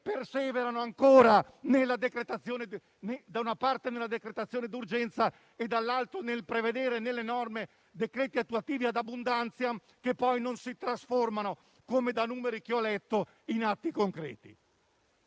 perseverano ancora, da una parte, nella decretazione d'urgenza e, dall'altra, nel prevedere nelle norme decreti attuativi *ad abundantiam* che poi non si trasformano, come dai numeri che ho letto, in atti concreti?